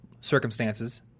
circumstances